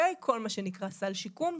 כל מה שנקרא סל שיקום,